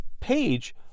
page